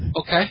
Okay